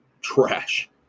trash